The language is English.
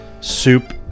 soup